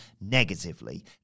negatively